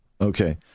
Okay